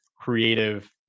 creative